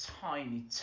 tiny